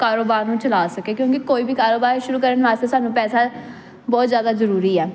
ਕਾਰੋਬਾਰ ਨੂੰ ਚਲਾ ਸਕੇ ਕਿਉਂਕਿ ਕੋਈ ਵੀ ਕਾਰੋਬਾਰ ਸ਼ੁਰੂ ਕਰਨ ਵਾਸਤੇ ਸਾਨੂੰ ਪੈਸਾ ਬਹੁਤ ਜ਼ਿਆਦਾ ਜ਼ਰੂਰੀ ਆ